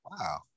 wow